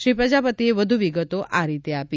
શ્રી પ્રજાપતિએ વધુ વિગતો આ રીતે આપી